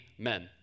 amen